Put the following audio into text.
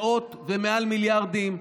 מאות ומעל מיליארדים,